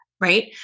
Right